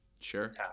Sure